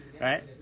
Right